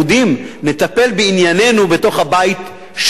נטפל בעניינינו בתוך הבית שלנו.